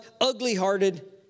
ugly-hearted